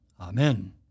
Amen